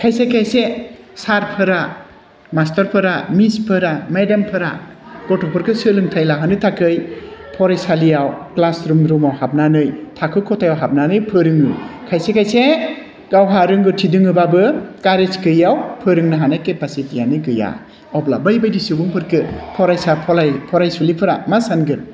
खायसे खायसे सारफोरा मास्टारफोरा मिसफोरा मेडामफोरा गथ'फोरखौ सोलोंथाइ लाहोनो थाखाय फरायसालियाव क्लास रुम रुमाव हाबनानै थाखो खथायाव हाबनानै फोरोङो खायसे खायसे गावहा रोंगौथि दङबाबो कारेज गैयैआव फोरोंनो हानाय केपासिटियानो गैया अब्ला बैबादि सुबुंफोरखौ फरायसा फरायसुलिफोरा मा सानगोन